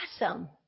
awesome